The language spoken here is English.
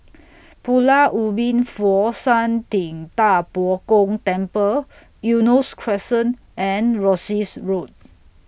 Pulau Ubin Fo Shan Ting DA Bo Gong Temple Eunos Crescent and Rosyth Road